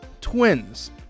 twins